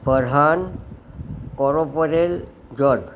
Farhan corporal George